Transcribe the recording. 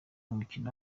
umukino